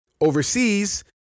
overseas